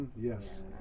yes